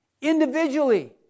Individually